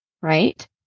right